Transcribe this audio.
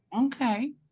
Okay